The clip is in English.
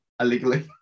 Illegally